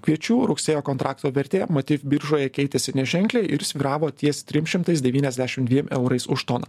kviečių rugsėjo kontrakto vertė matyt biržoje keitėsi neženkliai ir svyravo ties trim šimtais devyniasdešim dviem eurais už toną